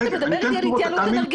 לא, אתה מדבר איתי על התייעלות אנרגטית.